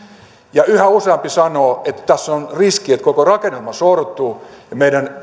ja yhä useampi sanoo että tässä on riski että koko rakennelma sortuu ja meidän